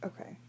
okay